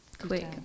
quick